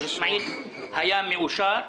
היה מאושר.